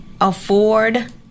afford